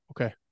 Okay